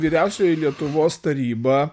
vyriausioji lietuvos taryba